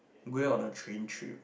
going on a train trip